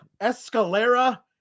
escalera